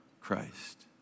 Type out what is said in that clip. Christ